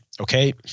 Okay